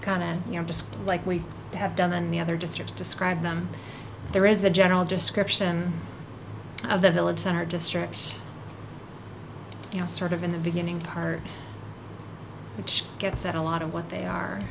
of you know just like we have done and the other districts describe them there is a general description of the village center district you know sort of in the beginning part which gets at a lot of what they are